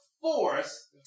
force